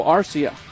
Arcia